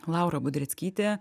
laura budreckytė